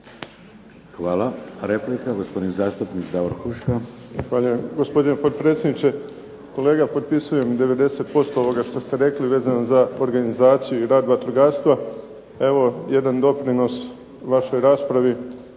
Hvala. Replika, gospodin zastupnik Davor Huška. **Huška, Davor (HDZ)** Zahvaljujem gospodine potpredsjedniče. Kolega potpisujem 90% ovoga što ste rekli vezano za organizaciju i rad vatrogastva. Evo, jedan doprinos vašoj raspravi,